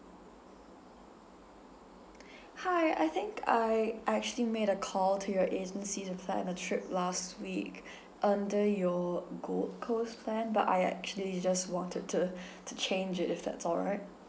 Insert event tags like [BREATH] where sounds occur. [BREATH] hi I think I actually made a call to your agency and planed a trip last week [BREATH] under your gold coast plan but I actually just wanted to [BREATH] to change it if that's all right